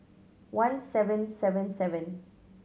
one seven seven seven